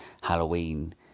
Halloween